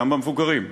גם למבוגרים,